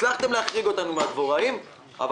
הצלחתם להחריג אותנו מן הדבוראים אבל